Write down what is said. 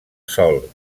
sol